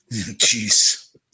Jeez